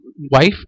wife